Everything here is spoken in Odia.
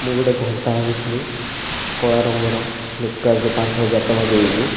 ମୁଁ ଗୋଟିଏ ଘଣ୍ଟା ଆଣିଥିଲି କଳା ରଙ୍ଗର ଫ୍ଲିପକାର୍ଟରୁ ପାଞ୍ଚହଜାର ଟଙ୍କା ଦେଇକି